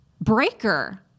breaker